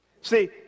See